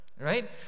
Right